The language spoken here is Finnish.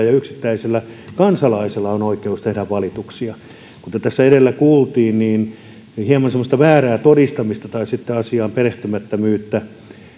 ja yksittäisellä kansalaisella on oikeus tehdä valituksia kuten tässä edellä kuultiin hieman on semmoista väärää todistamista tai sitten asiaan perehtymättömyyttä